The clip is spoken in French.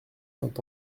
saint